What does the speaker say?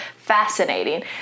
fascinating